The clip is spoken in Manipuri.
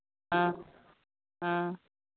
ꯑꯥ ꯑꯥ